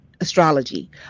Astrology